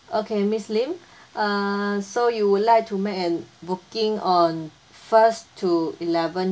okay miss lim uh so you would like to make an booking on first to eleven